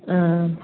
ஆ ஆ